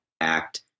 act